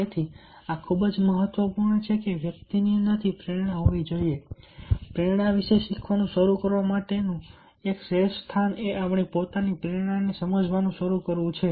તેથી આ ખૂબ જ મહત્વપૂર્ણ છે કે વ્યક્તિની અંદરથી પ્રેરણા હોવી જોઈએ પ્રેરણા વિશે શીખવાનું શરૂ કરવા માટેનું એક શ્રેષ્ઠ સ્થળ એ આપણી પોતાની પ્રેરણાને સમજવાનું શરૂ કરવું છે